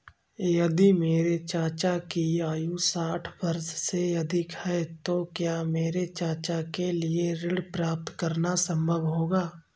यदि मेरे चाचा की आयु साठ वर्ष से अधिक है तो क्या मेरे चाचा के लिए ऋण प्राप्त करना संभव होगा?